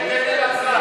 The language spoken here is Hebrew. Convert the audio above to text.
תן לאלעזר.